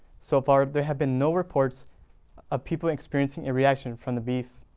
so far there have been no reports of people experiencing a reaction from the beef.